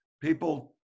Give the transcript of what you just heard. People